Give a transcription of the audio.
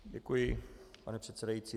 Děkuji, pane předsedající.